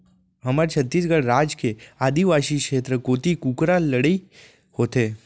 हमर छत्तीसगढ़ राज के आदिवासी छेत्र कोती कुकरा लड़ई होथे